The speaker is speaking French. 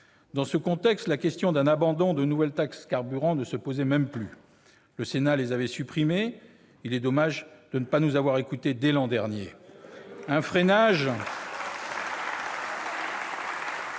Dans ce contexte, la question d'un abandon des nouvelles taxes carburant ne se posait même plus. Le Sénat les avait supprimées. Il est dommage de ne pas nous avoir écoutés dès l'an dernier. Un freinage